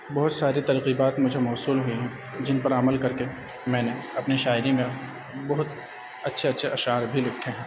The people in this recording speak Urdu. بہت ساری ترغیبات مجھے موصول ہوئیں جن پر عمل کر کے میں نے اپنی شاعری میں بہت اچھے اچھے اشعار بھی لکھے ہیں